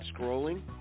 scrolling